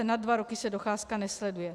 Nad dva roky se docházka nesleduje.